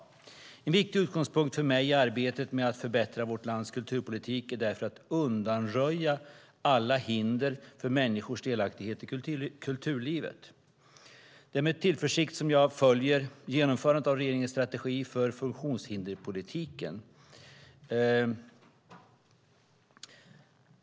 En viktig utgångspunkt för mig i arbetet med att förbättra vårt lands kulturpolitik är därför att undanröja alla hinder för människors delaktighet i kulturlivet. Det är med tillförsikt som jag följer genomförandet av regeringens strategi för funktionshinderspolitiken.